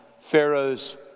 Pharaoh's